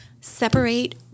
separate